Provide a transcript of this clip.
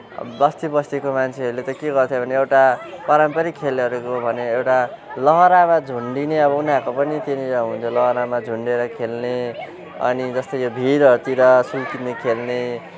बस्ती बस्तीको मान्छेहरूले त के गर्थ्यो भने एउटा पारम्परिक खेलहरूको भने एउटा लहरामा झुन्डिने अब उनीहरूको पनि त्यही नै हुन्थ्यो लहरामा झुन्डेर खेल्ने अनि जस्तै यो भिरहरूतिर सुइँकिने खेल्ने